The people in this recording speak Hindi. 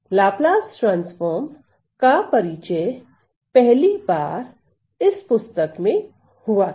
लाप्लास ट्रांसफार्म का परिचय पहली बार इस पुस्तक में हुआ था